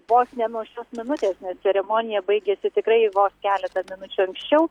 vos ne nuo šios minutės nes ceremonija baigėsi tikrai vos keletą minučių anksčiau